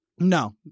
No